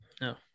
No